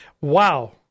Wow